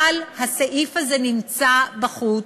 אבל הסעיף הזה בחוץ,